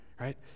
right